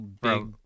big